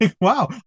wow